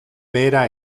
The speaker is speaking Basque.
behera